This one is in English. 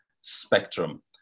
spectrum